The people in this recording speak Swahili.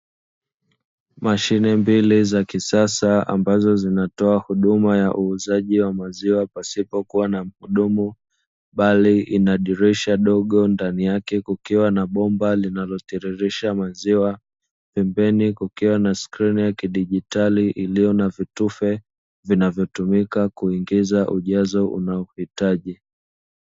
Mashine mbili za kisasa ambazo zinatoa huduma ya uuzaji wa maziwa pasipokuwa na mhudumu, bali ina dirisha dogo ndani yake kukiwa na bomba linalotiririsha maziwa, pembeni kukiwa na skrini ya kigitali iliyo na vitufe vinavotumika kuingiza ujazo unaohitaji.